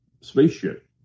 spaceship